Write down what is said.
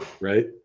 Right